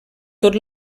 tot